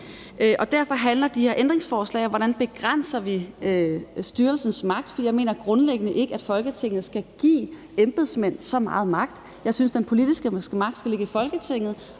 Derfor handler de her ændringsforslag om, hvordan vil begrænser styrelsens magt. For jeg mener grundlæggende ikke, at Folketinget skal give embedsmand så meget magt. Jeg synes, at den politiske magt skal ligge i Folketinget,